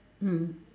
mm